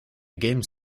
games